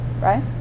right